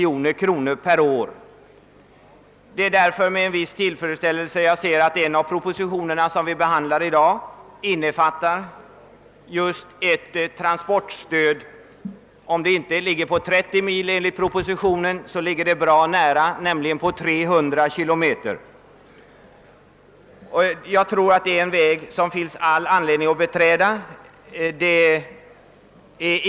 Jag ser därför med en viss tillfredsställelse att en av de propositioner som vi behandlar i dag innefattar ett transportstöd för längre sträckor — om gränsen inte ligger vid 30 mil, ligger den bra nära, nämligen vid 300 kilometer! Jag tror det finns anledning att beträda den vägen.